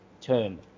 term